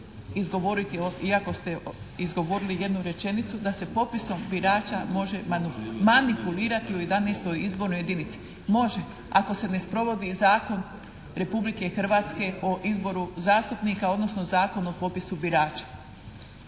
izgovoriti iako ste izgovorili jednu rečenicu da se popisom birača može manipulirati u XI. izbornoj jedinici. Može ako se ne sprovodi Zakon Republike Hrvatske o izboru zastupnika odnosno Zakon o popisu birača.